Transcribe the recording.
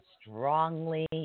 strongly